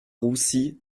roussy